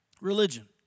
Religion